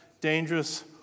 dangerous